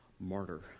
martyr